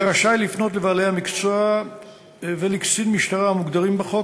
יהיה רשאי לפנות לבעלי המקצוע ולקצין משטרה המוגדרים בחוק,